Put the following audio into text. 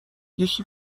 یکی